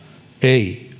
ei